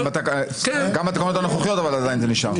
גם בתקנות הנוכחיות זה עדיין נשאר.